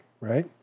right